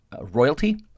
royalty